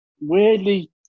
weirdly